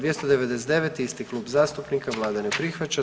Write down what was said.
299. isti klub zastupnika, Vlada ne prihvaća.